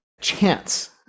chance